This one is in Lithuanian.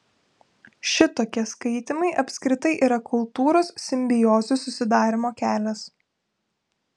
šitokie skaitymai apskritai yra kultūros simbiozių susidarymo kelias